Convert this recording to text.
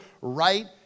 right